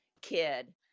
kid